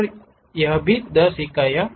और यह भी 10 इकाइयों